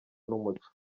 n’umuco